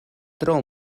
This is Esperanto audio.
tro